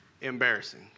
embarrassing